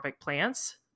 plants